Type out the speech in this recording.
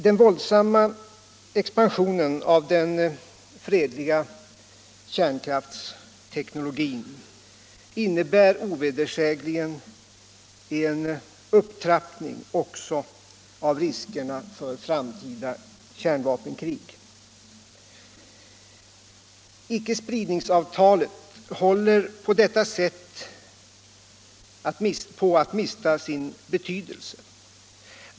Den våldsamma expansionen av den fredliga kärnkraftsteknologin innebär ovedersägligen en upptrappning också av riskerna för framtida kärnvapenkrig. Icke-spridningsavtalet håller på detta sätt på att mista sin betydelse.